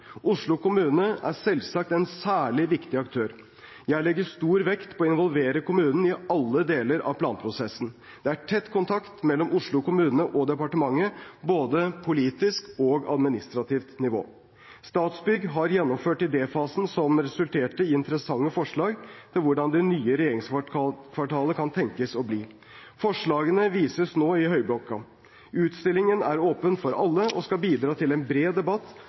Oslo kommune er selvsagt en særlig viktig aktør. Jeg legger stor vekt på å involvere kommunen i alle deler av planprosessen. Det er tett kontakt mellom Oslo kommune og departementet, på både politisk og administrativt nivå. Statsbygg har gjennomført idéfasen, som resulterte i interessante forslag til hvordan det nye regjeringskvartalet kan tenkes å bli. Forslagene vises nå i Høyblokka. Utstillingen er åpen for alle og skal bidra til en bred og god debatt